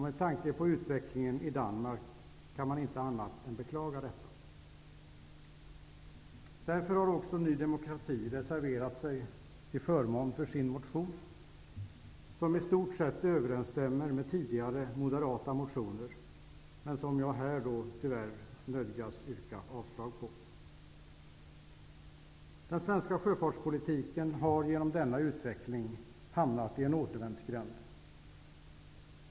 Med tanke på utvecklingen i Danmark, kan man inte annat än beklaga detta. Därför har också Ny demokrati reserverat sig till förmån för sin motion, som i stort sett överensstämmer med tidigare moderata motioner, men som jag här tyvärr nödgas yrka avslag på. Den svenska sjöfartspolitiken har genom denna utveckling hamnat i en återvändsgränd.